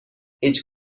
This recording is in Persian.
هیچ